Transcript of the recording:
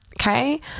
okay